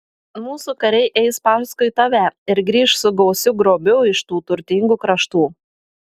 mūsų kariai eis paskui tave ir grįš su gausiu grobiu iš tų turtingų kraštų